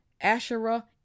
Asherah